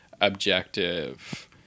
objective